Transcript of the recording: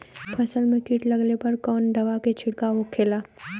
फसल में कीट लगने पर कौन दवा के छिड़काव होखेला?